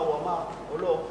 מה הוא אמר או לא,